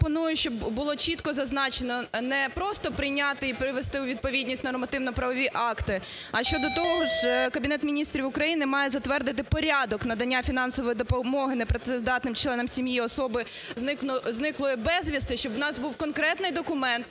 я пропоную, щоб було чітко зазначено: не просто прийняти і привести у відповідність нормативно-правові акти, а ще до того ж Кабінет Міністрів України має затвердити порядок надання фінансової допомоги непрацездатним членам сім'ї особи, зниклої безвісти, щоб у нас був конкретний документ,